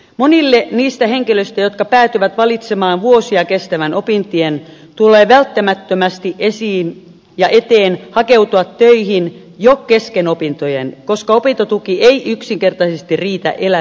monille niistä henkilöistä jotka päätyvät valitsemaan vuosia kestävän opintien tulee välttämättömästi eteen hakeutua töihin jo kesken opintojen koska opintotuki ei yksinkertaisesti riitä elämiseen